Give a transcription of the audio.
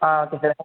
ah okay sir